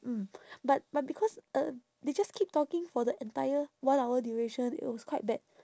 mm but but because uh they just keep talking for the entire one hour duration it was quite bad